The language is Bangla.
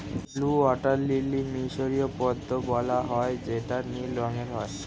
ব্লু ওয়াটার লিলি যাকে মিসরীয় পদ্মও বলা হয় যেটা নীল রঙের হয়